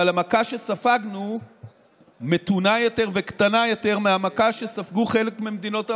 אבל המכה שספגנו מתונה יותר וקטנה יותר מהמכה שספגו חלק ממדינות המערב,